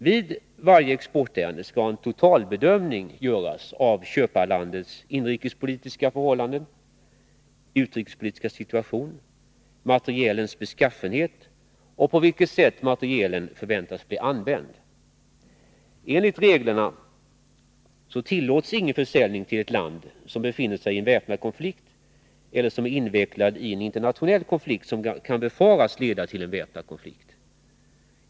Vid varje exportärende skall en totalbedömning göras av köparlandets inrikespolitiska förhållande, utrikespolitiska situation, materielens beskaffenhet och av på vilket sätt materielen förväntas bli använd. Enligt reglerna tillåts ingen försäljning till ett land som befinner sig i väpnad konflikt eller som är invecklat i internationell konflikt, som kan befaras leda till väpnad konflikt.